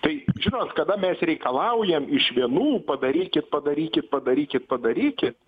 tai žinot kada mes reikalaujam iš vienų padarykit padarykit padarykit padarykit